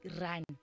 run